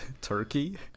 turkey